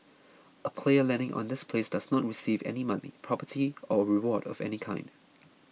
a player landing on this place does not receive any money property or reward of any kind